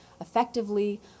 effectively